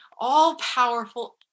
all-powerful